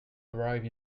arrive